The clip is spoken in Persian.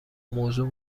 موضوع